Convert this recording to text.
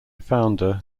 founder